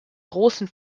großen